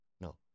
No